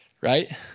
Right